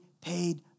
paid